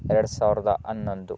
ಎರಡು ಸಾವಿರದ ಹನ್ನೊಂದು